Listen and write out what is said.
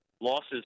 losses